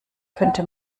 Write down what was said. könnte